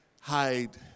hide